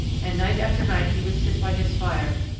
and night after night he would sit by his fire,